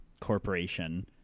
corporation